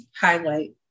highlight